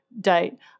date